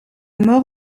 mort